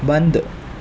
بند